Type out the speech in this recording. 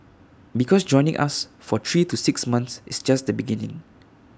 because joining us for three to six months is just the beginning